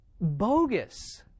bogus